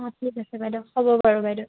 অঁ ঠিক আছে বাইদেউ হ'ব বাৰু বাইদেউ